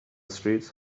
streets